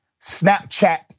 Snapchat